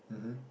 mmhmm